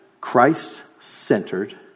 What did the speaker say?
Christ-centered